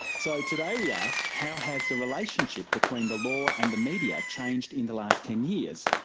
so today we ask how has the relationship between the law and the media changed in the last ten years?